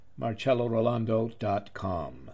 MarcelloRolando.com